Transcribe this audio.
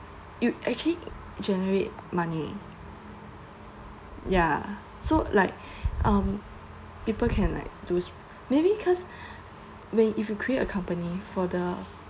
you actually generate money ya so like um people can like do maybe cause when if you create a company for the